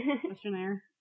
Questionnaire